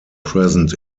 present